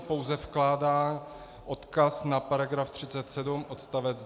Pouze vkládá odkaz na § 37 odst.